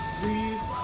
please